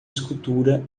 escultura